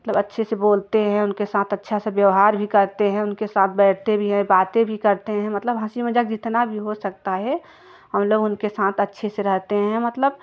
मतलब अच्छे से बोलते हैं उनके साथ अच्छा से व्यवहार भी करते हैं उनके साथ बैठते भी हैं बाते भी करते हैं मतलब हँसी मज़ाक जितना भी हो सकता है हम लोग उनके साथ अच्छे से रहते हैं मतलब